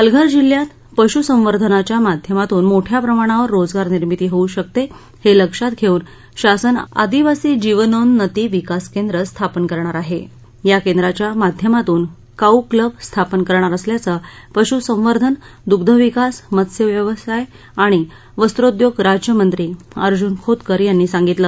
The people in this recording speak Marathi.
पालघर जिल्ह्यात पशुसंवर्धनाच्या माध्यमातून मोठ्या प्रमाणावर रोजगार निर्मिती होऊ शकते हे लक्षात घेऊन शासन आदिवासी जीवनोन्नती विकास केंद्रं स्थापन करणार आहे या केंद्राच्या माध्यमातून काऊ क्लब स्थापन करणार असल्याचं पशुसंवर्धन दुग्धविकास मत्स्यव्यवसाय व वस्त्रोद्योग राज्यमंत्री अर्जुन खोतकर यांनी सांगितलं